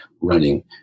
running